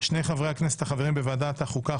שני חברי הכנסת החברים בוועדת החוקה,